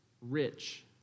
rich